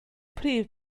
prif